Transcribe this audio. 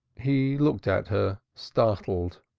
he looked at her, startled,